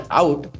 out